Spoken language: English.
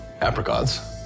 Apricots